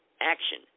action